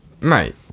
Mate